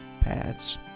paths